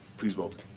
please vote.